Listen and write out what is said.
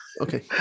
Okay